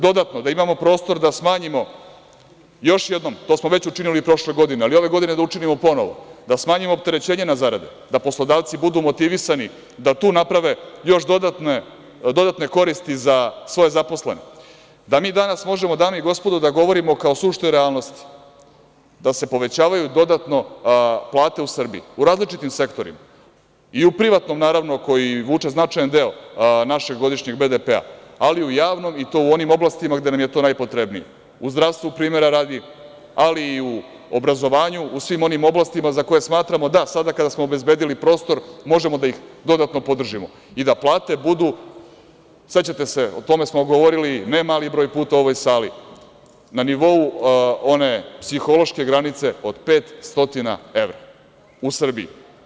Dodatno, da imamo prostor da smanjimo još jednom, to smo već učinili i prošle godine, ali i ove godine da učinimo ponovo, da smanjimo opterećenje na zarade, da poslodavci budu motivisani da tu naprave još dodatne koristi za svoje zaposlene, da mi danas možemo, dame i gospodo, da govorimo kao o suštoj realnosti da se povećavaju dodatno plate u Srbiji u različitim sektorima i u privatnom, naravno, koji vuče značajan deo našeg godišnjeg BDP-a, ali i u javnom i to u onim oblastima gde nam je to najpotrebnije, u zdravstvu, primera radi, ali i u obrazovanju, u svim onim oblastima za koje smatramo da sada kada smo obezbedili prostor možemo da ih dodatno podržimo i da plate budu, sećate se, o tome smo govorili ne mali broj puta u ovoj sali, na nivou one psihološke granice od 500 evra u Srbiji.